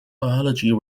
biology